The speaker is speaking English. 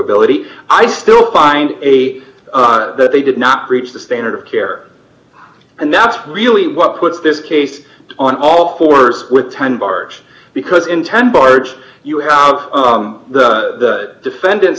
ability i still find a way that they did not breach the standard of care and that's really what puts this case on all fours with ten barge because in ten barge you have the defendant's